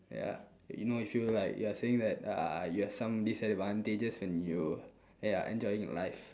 ya you know if you like you are saying that uh you have some disadvantages when you ya enjoying your life